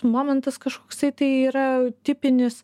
momentas kažkoksai tai yra tipinis